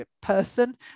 person